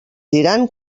diran